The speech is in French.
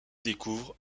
découvrent